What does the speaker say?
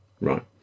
Right